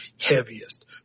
heaviest